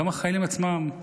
גם החיילים עצמם,